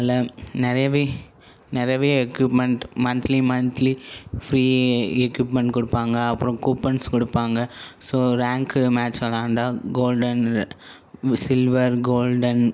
அதில் நிறையவே நிறையவே equipment monthly monthly free equipment கொடுப்பாங்க அப்புறம் கூப்பன்ஸ் கொடுப்பாங்க ஸோ ரேங்க் மேட்ச் விளையாண்டா கோல்டனில் சில்வர் கோல்டன்